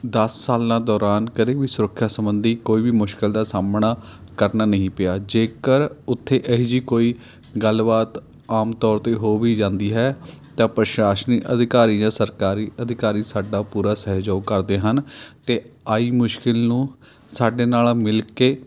ਦਸ ਸਾਲਾਂ ਦੌਰਾਨ ਕਦੇ ਵੀ ਸੁਰੱਖਿਆ ਸੰਬੰਧੀ ਕੋਈ ਵੀ ਮੁਸ਼ਕਿਲ ਦਾ ਸਾਹਮਣਾ ਕਰਨਾ ਨਹੀਂ ਪਿਆ ਜੇਕਰ ਉੱਥੇ ਇਹ ਜਿਹੀ ਕੋਈ ਗੱਲਬਾਤ ਆਮ ਤੌਰ 'ਤੇ ਹੋ ਵੀ ਜਾਂਦੀ ਹੈ ਤਾਂ ਪ੍ਰਸ਼ਾਸਨੀ ਅਧਿਕਾਰੀ ਜਾਂ ਸਰਕਾਰੀ ਅਧਿਕਾਰੀ ਸਾਡਾ ਪੂਰਾ ਸਹਿਯੋਗ ਕਰਦੇ ਹਨ ਅਤੇ ਆਈ ਮੁਸ਼ਕਿਲ ਨੂੰ ਸਾਡੇ ਨਾਲ਼ ਮਿਲਕੇ